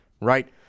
right